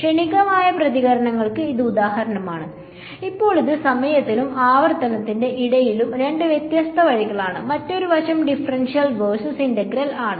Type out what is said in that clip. ക്ഷണികമായ പ്രതികരണങ്ങൾക്ക് ഇത് ഉദാഹരണമാണ് ഇപ്പോൾ അത് സമയത്തിനും ആവർത്തനത്തിനും ഇടയിലുള്ള രണ്ട് വ്യത്യസ്ത വഴികളാണ് മറ്റൊരു വശം ഡിഫറൻഷ്യൽ വേഴ്സസ് ഇന്റഗ്രൽ ആണ്